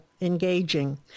engaging